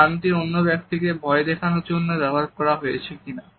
স্থানটি অন্য ব্যক্তিকে ভয় দেখানোর জন্য ব্যবহার করা হয়েছে কিনা